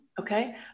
okay